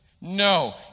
No